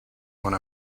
when